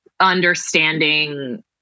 understanding